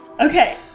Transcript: Okay